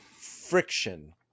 friction